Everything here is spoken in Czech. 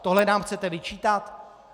Tohle nám chcete vyčítat?